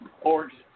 origin